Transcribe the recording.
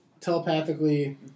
telepathically